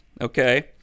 okay